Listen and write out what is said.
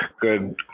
good